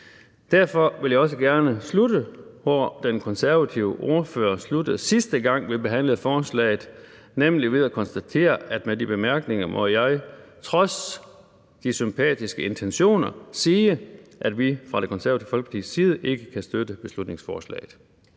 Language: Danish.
Derfor vil jeg også gerne slutte, hvor den konservative ordfører sluttede, sidste gang vi behandlede forslaget, nemlig med at konstatere, at med de bemærkninger må jeg trods de sympatiske intentioner sige, at vi fra Det Konservative Folkepartis side ikke kan støtte beslutningsforslaget.